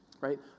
right